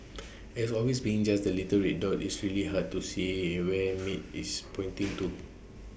as always being just the little red dot it's really hard to see where maid is pointing to